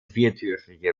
viertürige